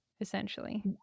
essentially